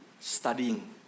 studying